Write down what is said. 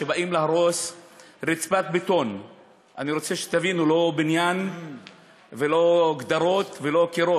אני רוצה שתבינו, לא בניין ולא גדרות ולא קירות.